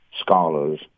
scholars